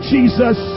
Jesus